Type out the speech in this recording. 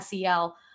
SEL